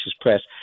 Press